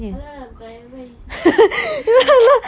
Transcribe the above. !alah! bukan advice